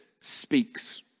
speaks